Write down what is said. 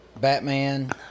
Batman